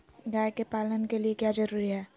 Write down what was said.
गाय के पालन के लिए क्या जरूरी है?